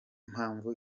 mpamvu